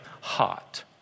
hot